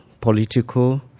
political